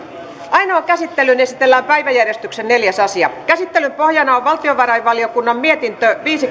ainoaan käsittelyyn esitellään päiväjärjestyksen neljäs asia käsittelyn pohjana on valtiovarainvaliokunnan mietintö viisi